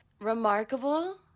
Remarkable